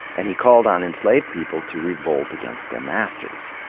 and he called on enslaved people to revolt against their masters.